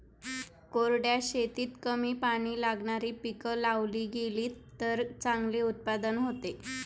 कोरड्या शेतीत कमी पाणी लागणारी पिकं लावली गेलीत तर चांगले उत्पादन होते